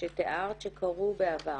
שתיארת שקרו בעבר.